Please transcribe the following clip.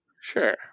Sure